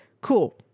Cool